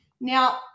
Now